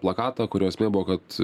plakatą kurio esmė buvo kad